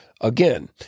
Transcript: Again